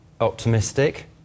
optimistic